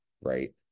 right